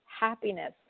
happiness